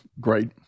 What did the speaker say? Great